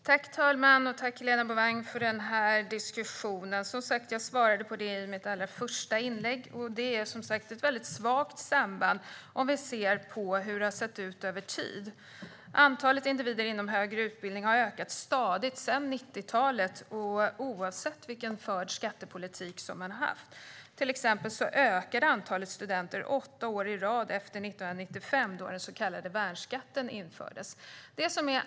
Herr talman! Jag tackar Helena Bouveng för diskussionen. Jag svarade på frågan i mitt första inlägg. Sambandet är svagt om vi ser på hur det har sett ut över tid. Antalet individer inom den högre utbildningen har ökat stadigt sedan 90-talet, oavsett vilken skattepolitik som förts. Antalet studenter ökade till exempel under åtta år i rad efter 1995, då den så kallade värnskatten infördes.